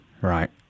right